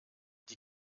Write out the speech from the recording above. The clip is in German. die